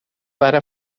برا